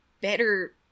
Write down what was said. better